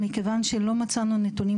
מכיוון שלא מצאנו נתונים